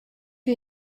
wir